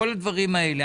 כל הדברים האלה,